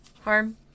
harm